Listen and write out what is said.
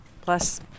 Plus